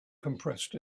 compressed